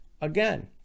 again